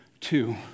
Two